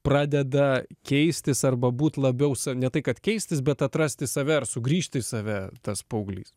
pradeda keistis arba būt labiau ne tai kad keistis bet atrasti save ar sugrįžti į save tas paauglys